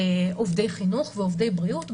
עובדי חינוך ועובדי בריאות,